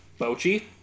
Bochi